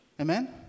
Amen